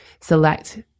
select